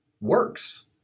works